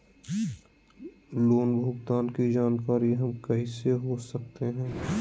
Loan भुगतान की जानकारी हम कैसे हो सकते हैं?